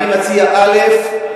אני מציע: א.